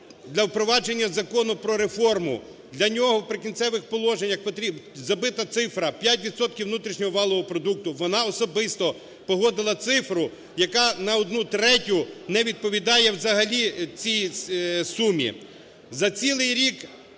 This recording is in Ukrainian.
для впровадження Закону про реформу. Для нього в "Прикінцевих положеннях" забита цифра 5 відсотків внутрішнього валового продукту. Вона особисто погодила цифру, яка на одну третю не відповідає взагалі цій сумі.